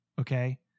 Okay